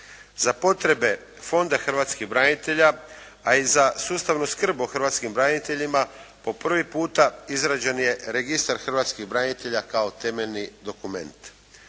Za potrebe Fonda hrvatskih branitelja a i za sustavnu skrb o hrvatskim braniteljima po prvi puta izrađen je registar hrvatskih branitelja kao temeljni dokument.